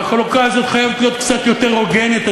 והחלוקה הזאת חייבת להיות קצת יותר הוגנת,